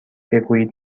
بگویید